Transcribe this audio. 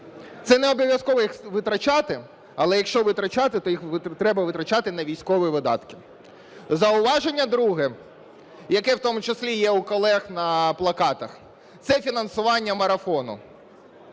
Це не обов'язково їх витрачати, але якщо витрачати, то їх треба витрачати на військові видатки. Зауваження друге, яке в тому числі є у колег на плакатах – це фінансування марафону.